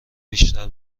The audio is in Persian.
بیشتر